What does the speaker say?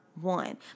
one